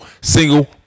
Single